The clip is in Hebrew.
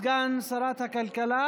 שכל ולב,